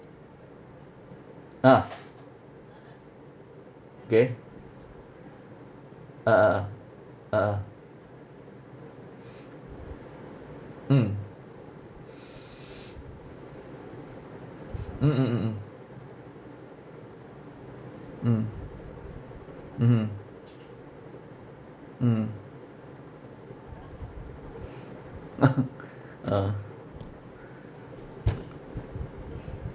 ah K ah ah ah a'ah mm mm mm mm mm mm mmhmm mm ah